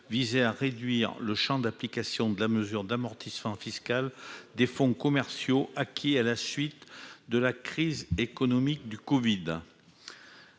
visent à réduire le champ d'application de la mesure d'amortissement fiscal des fonds commerciaux acquis à la suite de la crise économique provoquée